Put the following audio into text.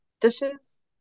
dishes